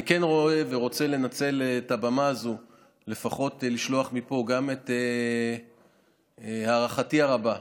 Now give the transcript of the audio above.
אני כן רוצה לנצל את הבמה הזאת ולפחות לשלוח מפה גם את ההערכה הרבה שלי,